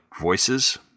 voices